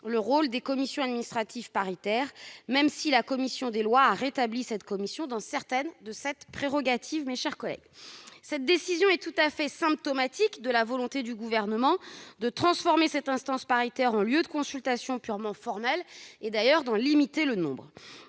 le rôle des commissions administratives paritaires, même si la commission des lois a rétabli ces commissions dans certaines de leurs prérogatives. Cette décision est tout à fait symptomatique de la volonté du Gouvernement de transformer cette instance paritaire en lieu de consultation purement formelle et d'en limiter le nombre.